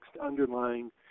underlying